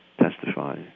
testify